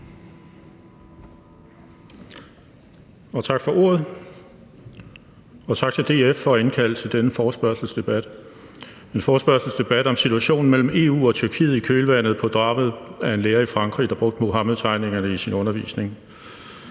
Tak for ordet. Og tak til DF for at indkalde til denne forespørgselsdebat, en forespørgselsdebat om situationen mellem EU og Tyrkiet i kølvandet på drabet af en lærer i Frankrig, der brugte Muhammedtegningerne i sin undervisning.